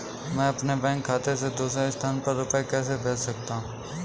मैं अपने बैंक खाते से दूसरे स्थान पर रुपए कैसे भेज सकता हूँ?